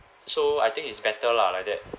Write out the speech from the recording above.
so I think it's better lah like that